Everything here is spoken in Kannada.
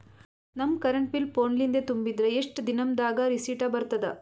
ನಮ್ ಕರೆಂಟ್ ಬಿಲ್ ಫೋನ ಲಿಂದೇ ತುಂಬಿದ್ರ, ಎಷ್ಟ ದಿ ನಮ್ ದಾಗ ರಿಸಿಟ ಬರತದ?